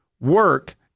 work